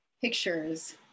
Pictures